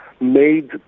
made